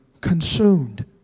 Consumed